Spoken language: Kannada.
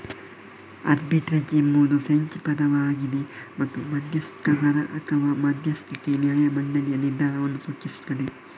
ಆರ್ಬಿಟ್ರೇಜ್ ಎಂಬುದು ಫ್ರೆಂಚ್ ಪದವಾಗಿದೆ ಮತ್ತು ಮಧ್ಯಸ್ಥಗಾರ ಅಥವಾ ಮಧ್ಯಸ್ಥಿಕೆ ನ್ಯಾಯ ಮಂಡಳಿಯ ನಿರ್ಧಾರವನ್ನು ಸೂಚಿಸುತ್ತದೆ